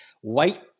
White